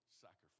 sacrifice